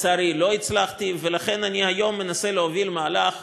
לצערי לא הצלחתי, ולכן אני היום מנסה להוביל מהלך,